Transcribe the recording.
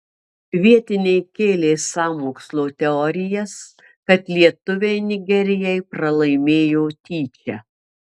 vietiniai kėlė sąmokslo teorijas kad lietuviai nigerijai pralaimėjo tyčia